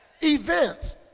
events